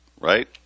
right